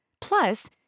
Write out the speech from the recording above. Plus